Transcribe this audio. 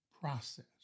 process